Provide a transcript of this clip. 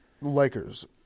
Lakers